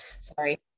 Sorry